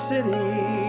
city